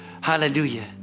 Hallelujah